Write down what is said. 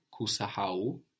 kusaha'u